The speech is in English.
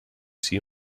see